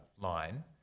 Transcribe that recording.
line